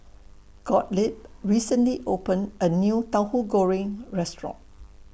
Gottlieb recently opened A New Tahu Goreng Restaurant